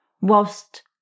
whilst